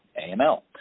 AML